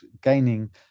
gaining